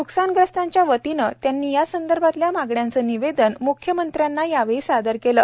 नुकसानग्रस्तांच्या वतीनं त्यांनी या संदर्भातल्या मागण्यांचं निवेदन मुख्यमंत्र्यांना यावेळी सादर केलं